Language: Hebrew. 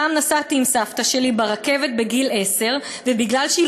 פעם נסעתי עם סבתא שלי ברכבת בגיל עשר ובגלל שהיא